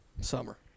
Summer